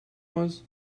was